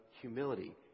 humility